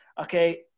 okay